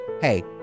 hey